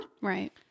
Right